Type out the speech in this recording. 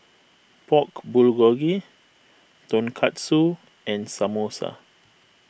Pork Bulgogi Tonkatsu and Samosa